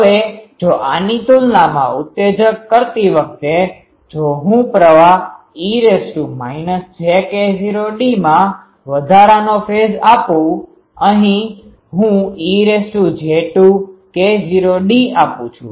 હવે જો આની તુલનામાં ઉત્તેજક કરતી વખતે જો હું પ્રવાહ e jK૦dમાં વધારાનો ફેઝ આપું અહી હું ej2K૦d આપું છુ